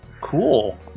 cool